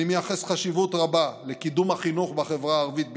אני מייחס חשיבות רבה לקידום החינוך בחברה הערבית בישראל,